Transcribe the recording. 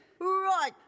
Right